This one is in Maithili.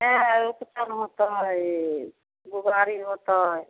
अँए ओतऽ चलू तऽ हइ बुआरी होतै